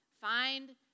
find